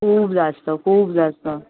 खूप जास्त खूप जास्त